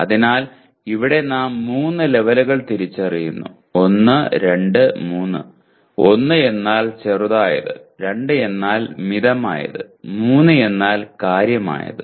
അതിനാൽ ഇവിടെ നാം മൂന്ന് ലെവലുകൾ തിരിച്ചറിയുന്നു 1 2 3 1 എന്നാൽ ചെറുതായത് 2 എന്നാൽ മിതമായത് 3 എന്നാൽ കാര്യമായത്